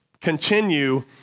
continue